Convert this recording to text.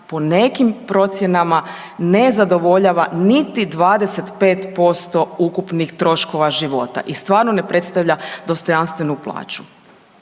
po nekim procjenama ne zadovoljava niti 25% ukupnih troškova života i stvarno ne predstavlja dostojanstvenu plaću.